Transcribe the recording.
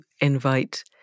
invite